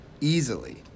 easily